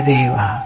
Deva